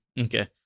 Okay